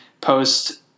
post